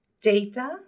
data